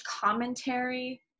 commentary